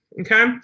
Okay